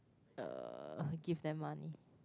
uh give them money